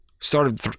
started